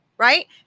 Right